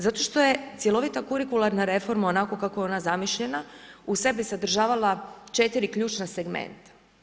Zato što je cjelovita kurikularna reforma onako kako je ona zamišljena, u sebi sadržavala 4 ključna segmenta.